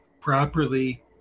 properly